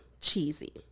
cheesy